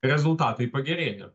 rezultatai pagerėja